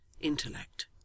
intellect